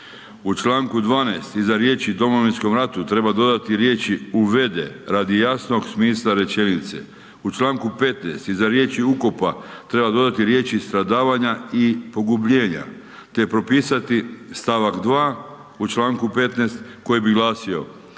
U čl. 12. iza riječi Domovinskom ratu treba dodati riječi, uvede, radi jasnog smisla rečenice. U čl. 15. iza riječi ukopa, treba dodati riječi, stradavanja i pogubljenja, te propisati st. 2 u čl. 15. koji bi glasio,